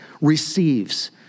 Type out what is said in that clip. receives